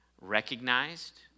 recognized